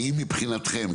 האם מבחינתכם,